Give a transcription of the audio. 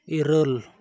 ᱤᱨᱟᱹᱞ